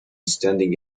standing